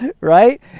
right